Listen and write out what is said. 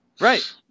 Right